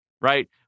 right